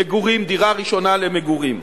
למגורים, דירה ראשונה למגורים.